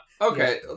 okay